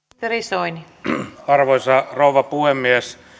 arvoisa rouva puhemies